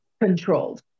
controlled